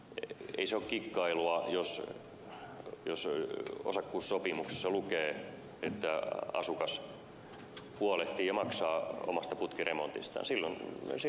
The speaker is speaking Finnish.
ei se ole kikkailua jos osakkuussopimuksessa lukee että asukas huolehtii ja maksaa omasta putkiremontistaan